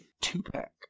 two-pack